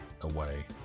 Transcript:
away